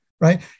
right